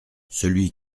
celui